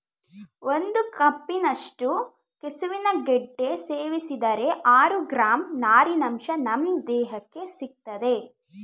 ಒಂದು ಕಪ್ನಷ್ಟು ಕೆಸುವಿನ ಗೆಡ್ಡೆ ಸೇವಿಸಿದರೆ ಆರು ಗ್ರಾಂ ನಾರಿನಂಶ ನಮ್ ದೇಹಕ್ಕೆ ಸಿಗ್ತದೆ